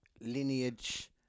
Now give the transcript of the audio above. Lineage